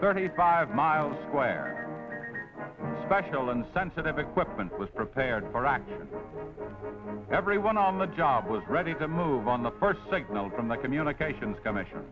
thirty five miles square special and sensitive equipment was prepared for everyone on the job was ready to move on the part signals from the communications commission